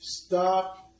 stop